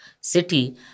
city